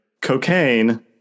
cocaine